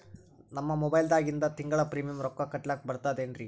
ನಮ್ಮ ಮೊಬೈಲದಾಗಿಂದ ತಿಂಗಳ ಪ್ರೀಮಿಯಂ ರೊಕ್ಕ ಕಟ್ಲಕ್ಕ ಬರ್ತದೇನ್ರಿ?